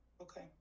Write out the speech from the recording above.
Okay